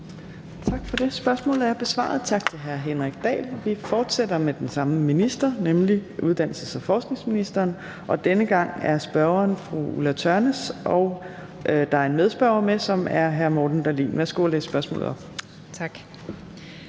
Tak for det. Spørgsmålet er besvaret. Tak til hr. Henrik Dahl. Vi fortsætter med den samme minister, nemlig uddannelses- og forskningsministeren, og denne gang er spørgeren fru Ulla Tørnæs, og der er en medspørger, som er hr. Morten Dahlin. Kl. 15:57 Spm. nr.